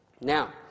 Now